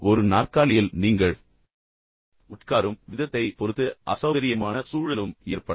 ஒரு நாற்காலியில் நீங்கள் உட்காரும் விதத்தைப் பொறுத்து அசௌகரியமான சூழலும் ஏற்படலாம்